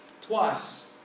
Twice